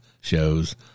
shows